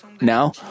Now